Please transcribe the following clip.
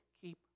Keep